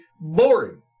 boring